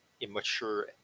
immature